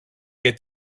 και